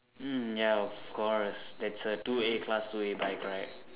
mm ya of course that's a two a class two a bike right